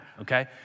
okay